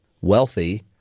wealthy